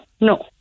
no